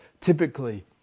typically